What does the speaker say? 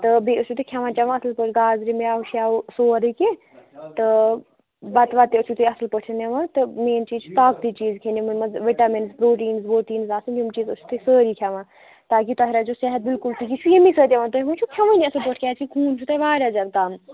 تہٕ بیٚیہِ ٲسِو تُہۍ کھیٚوان چیٚوان اَصٕل پٲٹھۍ دال زِ میٚوٕ شَوٕ سورُے کیٚنٛہہ تہٕ بَتہٕ وَتہٕ تہِ ٲسِو تُہۍ اَصٕل پٲٹھۍ نِوان تہٕ مین چیٖز چھُ طاقتی چیٖز کھیٚنۍ یِمن منٛز وِٹامِنٛز پرٛوٹیٖنٛز ووٹیٖنٛز آسان یِم چیٖز ٲسِو تُہۍ سٲری کھیٚوان تاکہِ تۄہہِ روزِ صحت بِِلکُل ٹھیٖک یہِ چھُ ییٚمہِ سۭتۍ یِِوان تُہۍ ما چھِ کھیٚوانٕے اَصٕل پٲٹھۍ کیٛازکہِ خوٗن چھُ تۄہہِ واریاہ زیادٕ کَم